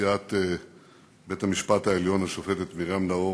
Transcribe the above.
נשיאת בית-המשפט העליון השופטת מרים נאור